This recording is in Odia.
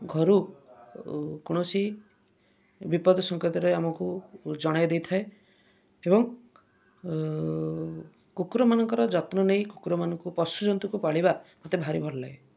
ଘରୁ କୌଣସି ବିପଦ ସଙ୍କେତରେ ଆମକୁ ଜଣାଇ ଦେଇଥାଏ ଏବଂ କୁକୁରମାନଙ୍କର ଯତ୍ନ ନେଇ କୁକୁରମାନଙ୍କୁ ପଶୁ ଜନ୍ତୁଙ୍କୁ ପାଳିବା ମତେ ଭାରି ଭଲ ଲାଗେ